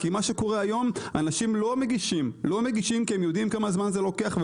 כי היום אנשים לא מגישים כי הם יודעים כמה זמן זה לוקח,